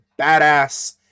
badass